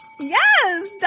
Yes